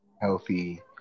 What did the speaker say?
healthy